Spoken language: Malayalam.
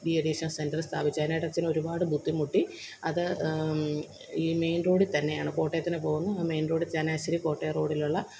ഡീഅഡിക്ഷന് സെന്റെർ സ്ഥാപിക്കാനായിട്ട് അച്ചന് ഒരുപാട് ബുദ്ധിമുട്ടി അത് ഈ മെയിന് റോഡില് തന്നെയാണ് കോട്ടയത്തിനു പോകുന്ന മെയിന് റോഡില് ചങ്ങനാശ്ശേരി കോട്ടയം റോഡിലുള്ള